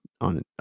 on